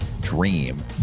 dream